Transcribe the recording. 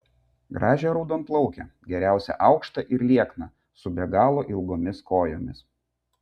gražią raudonplaukę geriausia aukštą ir liekną su be galo ilgomis kojomis